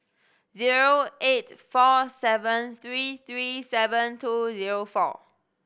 zero eight four seven three three seven two zero four